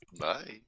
Bye